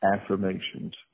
Affirmations